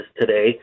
today